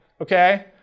okay